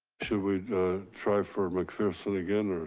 should we try for mcpherson again, or?